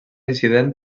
incident